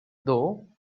though